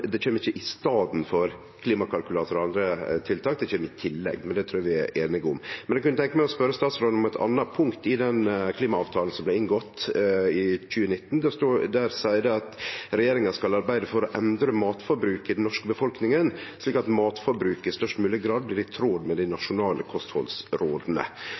det kjem ikkje i staden for klimakalkulator og andre tiltak, det kjem i tillegg, men det trur eg vi er einige om. Men eg kunne tenkje meg å spørje statsråden om eit anna punkt i den klimaavtalen som blei inngått i 2019. Der står det at regjeringa skal arbeide for «å endre matforbruket i den norske befolkningen slik at matforbruket i størst mulig grad blir i tråd med